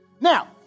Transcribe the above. Now